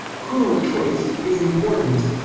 coolant choice is important.